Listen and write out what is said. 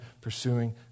pursuing